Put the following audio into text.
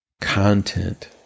content